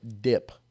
Dip